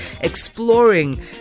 Exploring